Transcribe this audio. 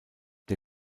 der